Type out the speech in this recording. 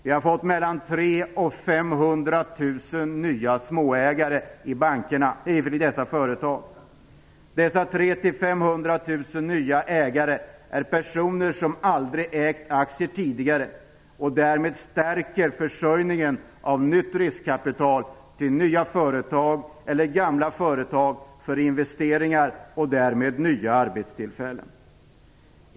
Vi har fått mellan 300 000 och Dessa 300 000-500 000 nya ägare är personer som aldrig ägt aktier tidigare och som stärker försörjningen av nytt riskkapital till nya företag eller till gamla företag för investeringar och därmed nya arbetstillfällen.